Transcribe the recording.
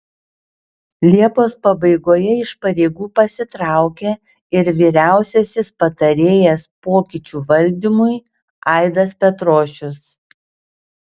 liepos pabaigoje iš pareigų pasitraukė ir vyriausiasis patarėjas pokyčių valdymui aidas petrošius